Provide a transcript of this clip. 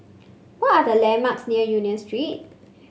what are the landmarks near Union Street